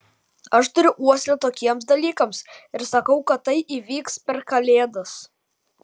aš turiu uoslę tokiems dalykams ir sakau kad tai įvyks per kalėdas